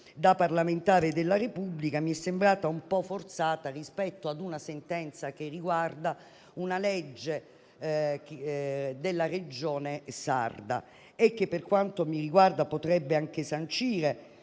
da parlamentare della Repubblica, che mi è sembrata un po' forzata rispetto a una sentenza che riguarda una legge della Regione sarda. Per quanto mi riguarda, essa potrebbe anche sancire